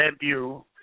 debut